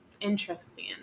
interesting